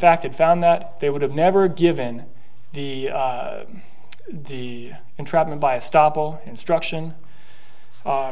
fact it found that they would have never given the entrapment by stoppel instruction